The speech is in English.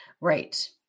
Right